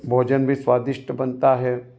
भोजन भी स्वादिष्ट बनता है